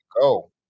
go